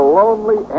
lonely